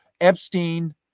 Epstein